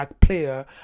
player